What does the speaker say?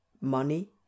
Money